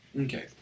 Okay